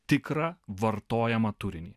tikrą vartojamą turinį